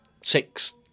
six